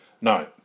No